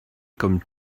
comme